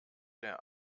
der